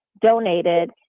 donated